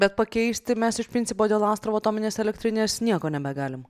bet pakeisti mes iš principo dėl astravo atominės elektrinės nieko nebegalim